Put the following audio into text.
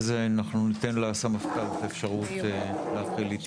זה אנחנו ניתן לסמפכ״ל את האפשרות להתייחס.